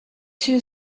two